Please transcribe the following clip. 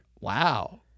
Wow